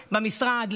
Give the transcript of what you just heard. במשרד,